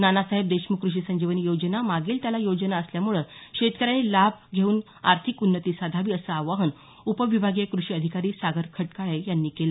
नानासाहेब देशमुख कृषी संजीवनी योजना मागेल त्याला योजना असल्यामुळे शेतकऱ्यांनी लाभ घेऊन आर्थिक उन्नती साधावी असं आवाहन उपविभागीय कृषी अधिकारी सागर खटकाळे यांनी केलं